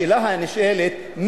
השאלה שנשאלת,